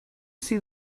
see